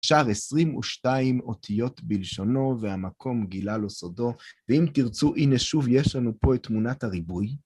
שר עשרים ושתיים אותיות בלשונו, והמקום גילה לו סודו, ואם תרצו, הנה שוב יש לנו פה את תמונת הריבוי.